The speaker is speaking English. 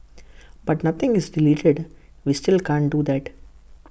but nothing is deleted we still can't do that